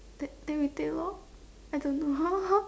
then we take lor I don't know